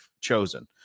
chosen